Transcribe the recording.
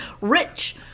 Rich